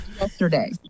Yesterday